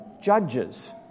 judges